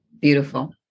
beautiful